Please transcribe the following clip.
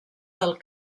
del